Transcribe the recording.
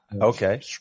okay